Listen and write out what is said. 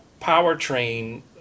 powertrain